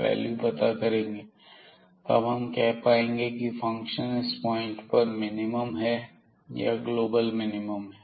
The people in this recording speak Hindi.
वैल्यू पता करेंगे और तब हम कह पाएंगे की फंक्शन इस पॉइंट पर मिनिमम है या ग्लोबल मिनिमम है